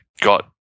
got